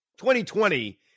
2020